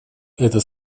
это